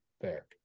fair